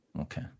okay